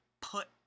put